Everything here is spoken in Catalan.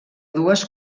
dues